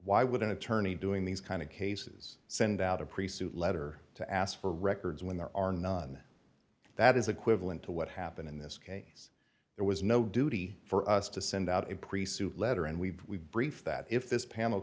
why would an attorney doing these kind of cases send out a pre suit letter to ask for records when there are none that is equivalent to what happened in this case there was no duty for us to send out a pre suit letter and we brief that if this panel